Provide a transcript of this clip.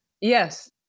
Yes